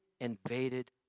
invaded